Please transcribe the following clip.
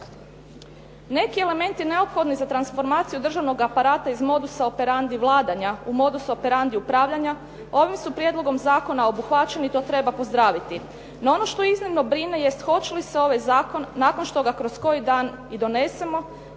Neki elementi neophodni za transformaciju državnog aparata iz modusa operandi vladanja u modu operandi upravljanja ovim su prijedlogom zakona obuhvaćeni. To treba pozdraviti. No ono što iznimno brine jest hoće li se ovaj zakon nakon što ga kroz koji dan i donesemo